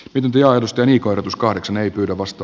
pitempi arvosteli korotus kahdeksan ei pyydä vasta